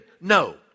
No